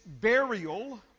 burial